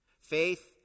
Faith